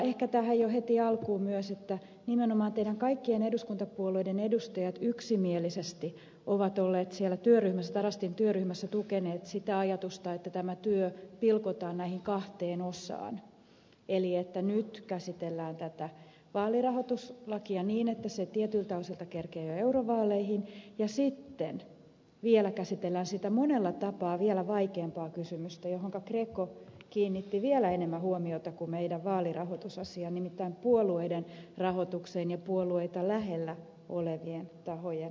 ehkä jo heti tähän alkuun myös se että nimenomaan kaikkien eduskuntapuolueiden edustajat yksimielisesti ovat olleet siellä työryhmässä tarastin työryhmässä tukemassa sitä ajatusta että tämä työ pilkotaan näihin kahteen osaan eli että nyt käsitellään tätä vaalirahoituslakia niin että se tietyiltä osilta kerkiää jo eurovaaleihin ja sitten vielä käsitellään sitä monella tapaa vaikeampaa kysymystä johonka greco kiinnitti vielä enemmän huomiota kuin meidän vaalirahoitusasiaamme nimittäin puolueiden rahoitusta ja puolueita lähellä olevien tahojen rahoitusta